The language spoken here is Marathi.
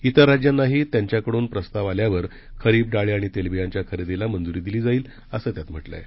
इतर राज्यांनाही त्यांच्याकडून प्रस्ताव आल्यावर खरीप डाळी आणि तेलबियांच्या खरेदीला मंजूरी दिली जाईल असं त्यात म्हटलं आहे